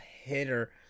hitter